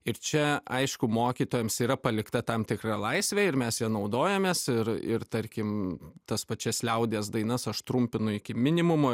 ir čia aišku mokytojams yra palikta tam tikra laisvė ir mes ja naudojamės ir ir tarkim tas pačias liaudies dainas aš trumpinu iki minimumo